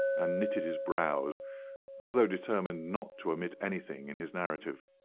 and knitted his brows as though determined not to omit anything in his narrative.